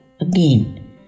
again